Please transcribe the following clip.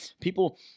People